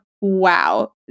wow